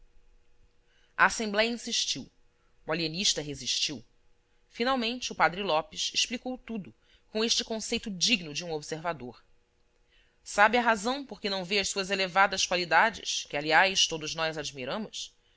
a assembléia insistiu o alienista resistiu finalmente o padre lopes explicou tudo com este conceito digno de um observador sabe a razão por que não vê as suas elevadas qualidades que aliás todos nós admiramos